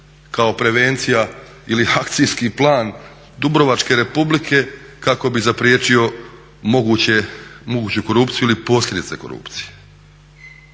kao prevencija ili akcijski plan Dubrovačke republike kako bi zapriječio moguću korupciju ili posljedice korupcije.